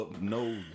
no